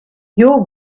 your